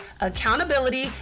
accountability